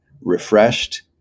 refreshed